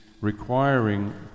requiring